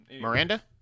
Miranda